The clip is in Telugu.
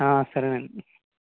సరేనండి